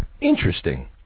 interesting